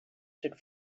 should